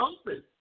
open